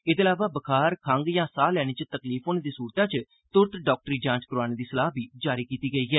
एह्दे अलावा बुखार खंग यां साह् लैने च तकलीफ होने दी सूरतै च तुरत डाक्टरी जांच करोआने दी सलाह् बी जारी कीती गेई ऐ